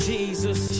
Jesus